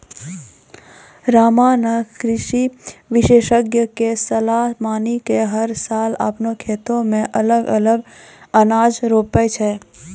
रामा नॅ कृषि विशेषज्ञ के सलाह मानी कॅ हर साल आपनों खेतो मॅ अलग अलग अनाज रोपै छै